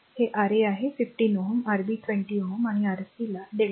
ते Ra आहे 15 Ω Rb 20 Ω आणि Rc ला lrmΔ